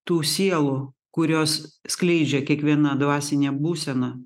tų sielų kurias skleidžia kiekviena dvasinė būsena